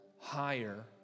higher